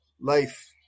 life